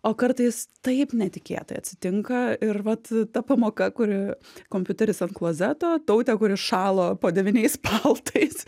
o kartais taip netikėtai atsitinka ir vat ta pamoka kuri kompiuteris ant klozeto tautė kuri šalo po devyniais paltais